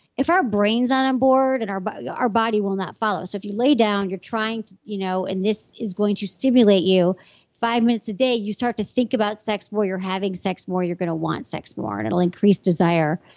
if our brain is not on um board, and our but our body will not follow. so if you lay down you're trying, you know and this is going to stimulate you five minutes a day, you start to think about sex more, you're having sex more, you're going to want sex more and it'll increase desire,